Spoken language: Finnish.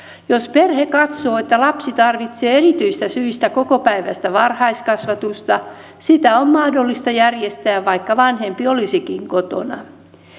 jos perhe katsoo että lapsi tarvitsee erityisistä syistä kokopäiväistä varhaiskasvatusta sitä on mahdollista järjestää vaikka vanhempi olisikin kotona